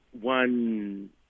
one